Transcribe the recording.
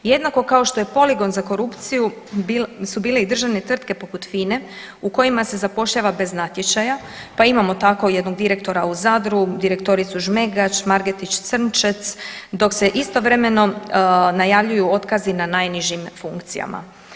Jednako kao što je poligon za korupciju su bile i državne tvrtke poput FINA-e u kojima se zapošljava bez natječaja, pa imamo tako jednog direktora u Zadru, direktoricu Žmegač, Margetić Crnčec dok se istovremeno najavljuju otkazi na najnižim funkcijama.